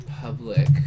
public